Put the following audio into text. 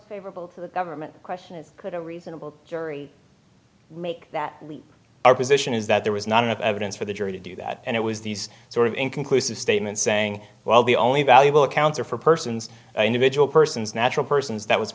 favorable to the government the question is could a reasonable jury make that leap our position is that there was not enough evidence for the jury to do that and it was these sort of inconclusive statements saying well the only valuable counts are for persons individual persons natural persons that was